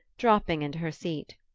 dropping into her seat.